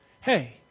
hey